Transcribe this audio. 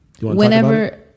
whenever